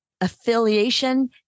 affiliation